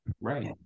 Right